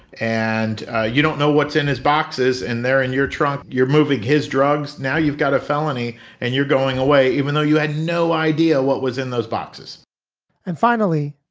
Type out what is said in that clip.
and ah you don't know what's in his boxes and they're in your trunk. you're moving his drugs. now you've got a felony and you're going away even though you had no idea what was in those boxes and finally,